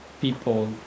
people